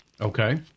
Okay